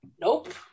Nope